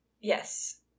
Yes